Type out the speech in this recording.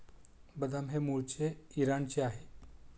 बदाम हे मूळचे इराणचे आहे